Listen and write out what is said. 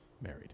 Married